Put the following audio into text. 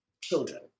children